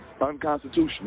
unconstitutional